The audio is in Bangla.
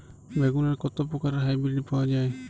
বেগুনের কত প্রকারের হাইব্রীড পাওয়া যায়?